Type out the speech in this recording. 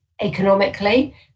economically